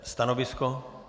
Stanovisko?